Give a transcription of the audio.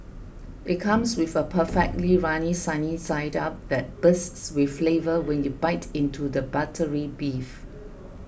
it comes with a perfectly runny sunny side up that bursts with flavour when you bite into the buttery beef